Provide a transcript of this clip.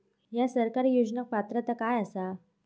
हया सरकारी योजनाक पात्रता काय आसा?